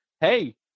hey